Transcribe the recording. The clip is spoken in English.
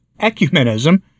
ecumenism